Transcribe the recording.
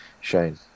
Shane